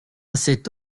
cette